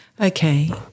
okay